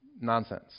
nonsense